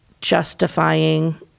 justifying